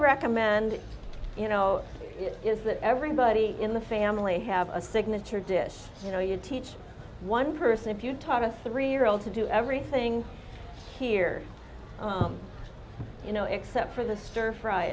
recommend you know is that everybody in the family have a signature dish you know you teach one person if you taught a three year old to do everything here you know except for the stir fry